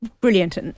brilliant